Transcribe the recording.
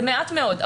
זה מעט מאוד.